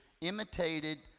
imitated